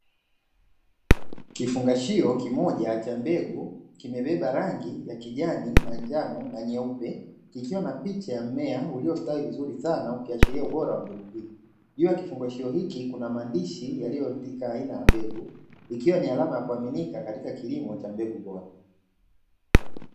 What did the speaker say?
Kifungashio kimoja cha mbegu kimebeba rangi ya kijani, manjano na nyeupe kikiwa na picha ya mmea uliostawi vizuri sana ukiashiria ubora wa mbegu hii, juu ya kifungashio hiki kuna maandishi yaliyoandika aina ya mbegu ikiwa ni alama ya kuaminika katika kilimo cha mbegu bora.